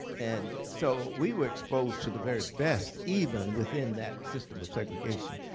and so we were exposed to the very best, even within that system of segregation.